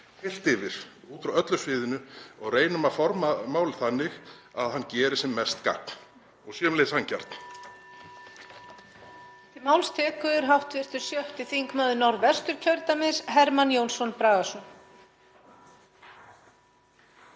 yfir, út frá öllu sviðinu og reynum að forma mál þannig að hann geri sem mest gagn og sé um leið sanngjarn.